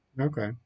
Okay